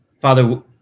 Father